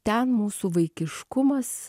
ten mūsų vaikiškumas